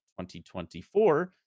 2024